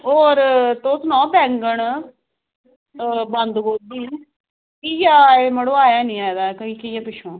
होर तुस सनाओ बैंगन ओह् बंद गोभी एह् घिया मड़ो ऐनी आये दा ऐ पिच्छुआं